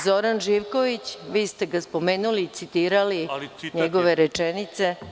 Zoran Živković, vi ste ga spomenuli, citirali njegove rečenice.